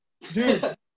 Dude